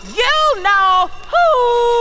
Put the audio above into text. you-know-who